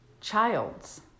childs